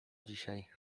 dzisiaj